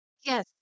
Yes